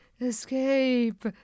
escape